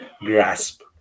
grasp